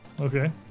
Okay